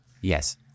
Yes